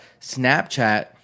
Snapchat